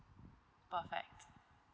perfect